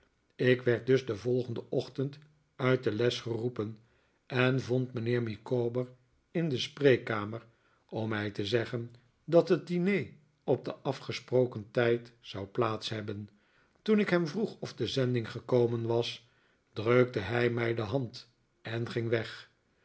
ik werd dus den volgenden ochtend uit de les gerospen en vond mijnheer micawber in de spree kkamer om mij te zeggen dat het diner op den afgesproken tijd zou plaats hebben toen ik hem vroeg of de zending gekomen was drukte hij mij de hand en ging weg